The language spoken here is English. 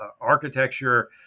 architecture